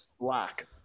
black